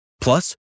Plus